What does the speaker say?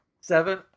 Seven